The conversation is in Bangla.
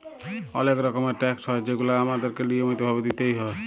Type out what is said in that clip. অলেক রকমের ট্যাকস হ্যয় যেগুলা আমাদেরকে লিয়মিত ভাবে দিতেই হ্যয়